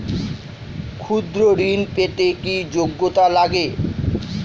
ক্ষুদ্র ঋণ পেতে কি যোগ্যতা লাগে?